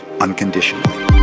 unconditionally